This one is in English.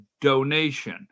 donation